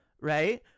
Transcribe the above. right